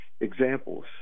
examples